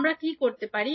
আমরা কি করতে পারি